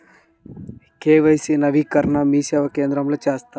KYC నవీకరణని మీసేవా కేంద్రం లో చేస్తారా?